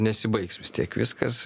nesibaigs vis tiek viskas